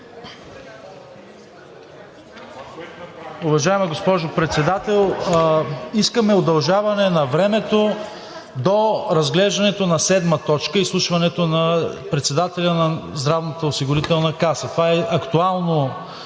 Уважаема госпожо Председател, искаме удължаване на времето до разглеждането на седма точка – изслушването на председателя на Здравната осигурителна каса. Това е актуално